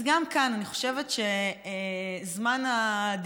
אז גם כאן אני חושבת שזמן הדיבורים